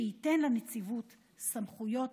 שייתן לנציבות סמכויות